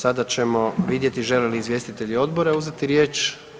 Sada ćemo vidjeti žele li izvjestitelji odbora uzeti riječ?